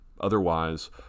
Otherwise